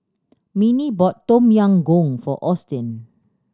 Minnie bought Tom Yam Goong for Austin